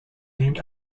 named